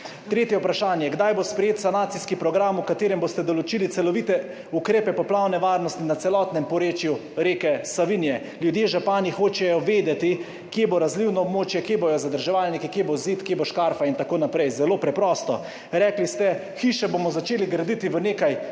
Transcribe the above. Tretje vprašanje: Kdaj bo sprejet sanacijski program, v katerem boste določili celovite ukrepe poplavne varnosti na celotnem porečju reke Savinje? Ljudje, župani hočejo vedeti, kje bo razlivno območje, kje bodo zadrževalniki, kje bo zid, kje bo škarpa in tako naprej. Zelo preprosto. Rekli ste: »Hiše bomo začeli graditi v nekaj